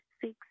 six